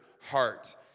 heart